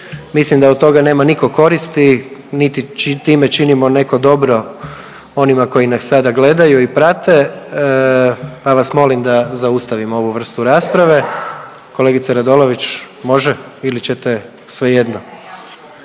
Mislim da od toga nema nitko koristi niti time činimo neko dobro onima koji nas sada gledaju i prate, pa vas molim da zaustavimo ovu vrstu rasprave. Kolegice Radolović može ili ćete svejedno?